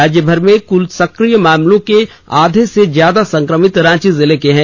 राज्यभर में मिले कुल सक्रिय मामलों के आधे से ज्यादा संक्रमित रांची जिले के हैं